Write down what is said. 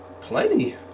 Plenty